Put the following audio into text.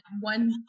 one